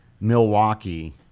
Milwaukee